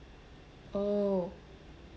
oh